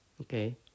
Okay